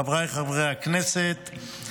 חבריי חברי הכנסת,